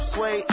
Sway